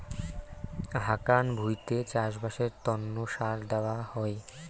হাকান ভুঁইতে চাষবাসের তন্ন সার দেওয়া হই